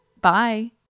Bye